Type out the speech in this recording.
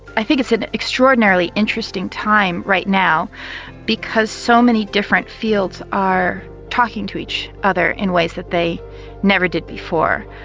i think it's an extraordinarily interesting time right now because so many different fields are talking to each other in ways that they never did before.